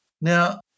Now